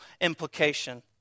implication